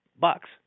bucks